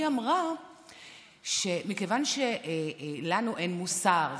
היא אמרה שמכיוון שלנו אין מוסר,